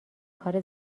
کار